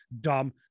Dumb